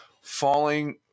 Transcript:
falling